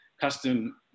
custom